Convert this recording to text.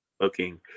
looking